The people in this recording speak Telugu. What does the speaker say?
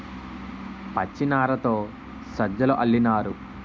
పచ్చినారతో సజ్జలు అల్లినారు